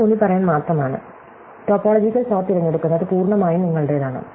ഇത് ഊന്നിപ്പറയാൻ മാത്രമാണ് ടോപ്പോളജിക്കൽ സോർട്ട് തിരഞ്ഞെടുക്കുന്നത് പൂർണ്ണമായും നിങ്ങളുടേതാണ്